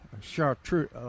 chartreuse